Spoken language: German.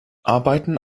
arbeiten